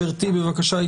בבקשה.